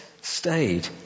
stayed